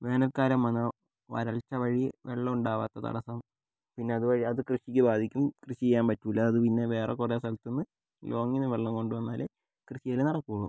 വേനൽക്കാലം വന്ന് വരൾച്ച വഴി വെള്ളം ഉണ്ടാവാത്ത തടസ്സം പിന്നെ അതുവഴി അത് കൃഷിക്ക് ബാധിക്കും കൃഷി ചെയ്യാൻ പറ്റില്ല അത് പിന്നെ വേറെ കുറേ സ്ഥലത്തുനിന്ന് ലോങ്ങിൽ നിന്ന് കൊണ്ടുവന്നാലേ കൃഷി ചെയ്യൽ നടക്കുള്ളൂ